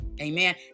amen